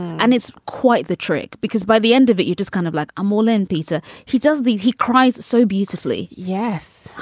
and it's quite the trick because by the end of it, you just kind of like a morlin pizza. he does these. he cries so beautifully yes.